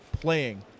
playing